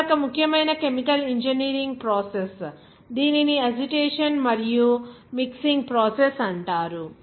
మరొక ముఖ్యమైన chemical engineering process దీనిని అజిటేషన్ మరియు మిక్సింగ్ ప్రాసెస్ అంటారు